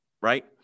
right